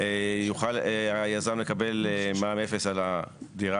יוכל היזם לקבל מע"מ 0 על הנכס